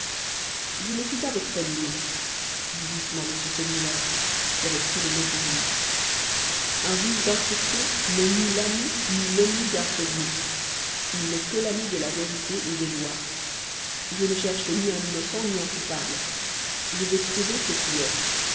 je ne suis pas votre ennemi dit doucement m segmuller qui avait pris le mot pour lui un juge d'instruction n'est ni l'ami ni l'ennemi d'un prévenu il n'est que l'ami de la vérité et des lois je ne cherche ni un innocent ni un coupable je veux trouver ce qui est